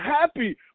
happy